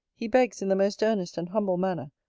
he begs, in the most earnest and humble manner,